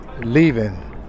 leaving